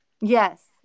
Yes